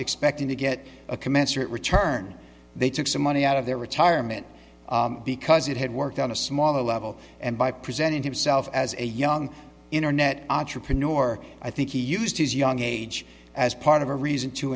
expecting to get a commensurate return they took some money out of their retirement because it had worked on a smaller level and by presenting himself as a young internet entrepreneur i think he used his young age as part of a reason to